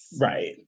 right